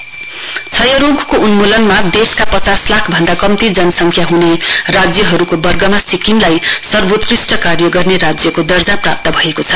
CM क्षयरोगको उन्मूलनमा देशका पचास लाख भन्दा कम्ती जनसंख्या हुने राज्यहरुको वर्गमा सिक्किमलाई स्वोत्कृष्ट कार्य गर्ने राज्यको दर्जा प्राप्त भएको छ